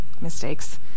mistakes